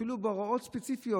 אפילו בהוראות ספציפיות.